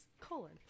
Colon